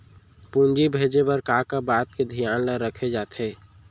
पूंजी भेजे बर का का बात के धियान ल रखे जाथे?